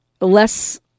less